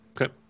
Okay